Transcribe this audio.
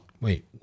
Wait